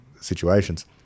situations